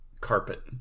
carpet